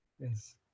Yes